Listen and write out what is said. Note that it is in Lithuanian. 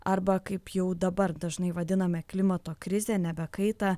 arba kaip jau dabar dažnai vadiname klimato krizę nebe kaitą